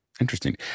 interesting